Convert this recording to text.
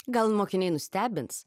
gal mokiniai nustebins